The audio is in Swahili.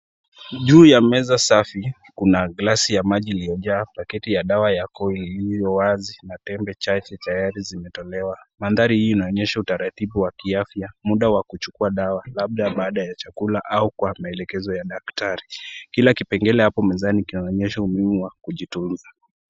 Juu ya meza safi kuna glasi ya maji iliyojaa pakiti ya dawa ya coil iliyowazi na tembe chache tayari zimetolewa, mandhari hii inaonyesha utaratibu wa kiafya, mda wa kuchukua dawa labda baada ya chakula au kwa maelekezo ya daktari, kila kipengele hapo mezani inaonyesha muhimu wa kujitunza.